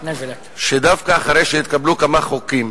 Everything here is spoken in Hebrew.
שדווקא אחרי שהתקבלו כמה חוקים